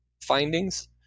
findings